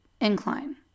incline